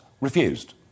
refused